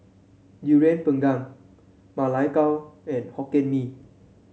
Durian Pengat Ma Lai Gao and Hokkien Mee